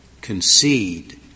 concede